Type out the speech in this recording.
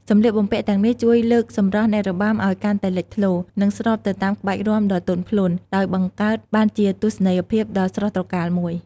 សម្លៀកបំពាក់ទាំងនេះជួយលើកសម្រស់អ្នករបាំឱ្យកាន់តែលេចធ្លោ និងស្របទៅតាមក្បាច់រាំដ៏ទន់ភ្លន់ ដោយបង្កើតបានជាទស្សនីយភាពដ៏ស្រស់ត្រកាលមួយ។